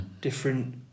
different